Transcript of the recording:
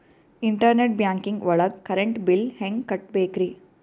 Internet banking ಒಳಗ್ current bill ಹೆಂಗ್ ಕಟ್ಟ್ ಬೇಕ್ರಿ?